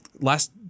last